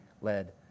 led